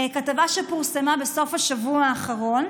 כתבה שפורסמה בסוף השבוע האחרון,